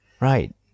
Right